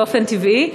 באופן טבעי,